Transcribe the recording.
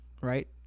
right